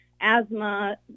asthma